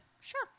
sure